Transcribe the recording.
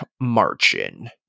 Marchin